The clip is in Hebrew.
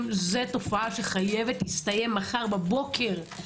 זאת תופעה שחייבת להסתיים מחר בבוקר.